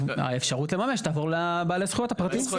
האפשרות לממש תעבור לבעלי הזכויות הפרטיים.